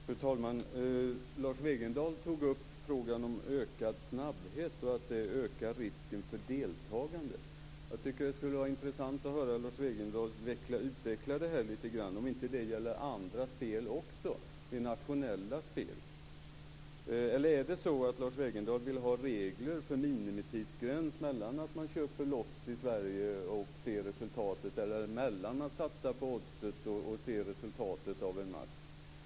Fru talman! Lars Wegendal tog upp frågan om ökad snabbhet, att det ökar risken för deltagande. Jag tycker att det skulle vara intressant att höra Lars Wegendal utveckla detta lite grand, om inte det gäller andra spel också, nationella spel. Är det så att Lars Wegendal vill ha regler för minimitidsgräns för mellan att man köper lott i Sverige och ser resultatet och att man satsar på Oddset och ser resultatet av en match?